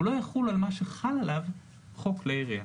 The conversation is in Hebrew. הוא לא יחול על מה שחל עליו חוק כלי ירייה.